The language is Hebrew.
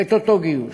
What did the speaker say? את אותו גיוס.